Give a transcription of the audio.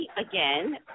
again